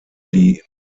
die